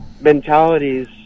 mentalities